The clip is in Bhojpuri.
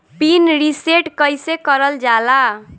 पीन रीसेट कईसे करल जाला?